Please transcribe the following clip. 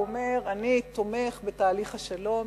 הוא אומר: אני תומך בתהליך השלום,